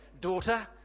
daughter